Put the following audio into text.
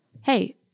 hey